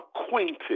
acquainted